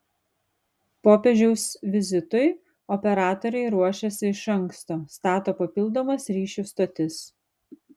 popiežiaus vizitui operatoriai ruošiasi iš anksto stato papildomas ryšių stotis